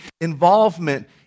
involvement